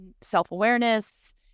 self-awareness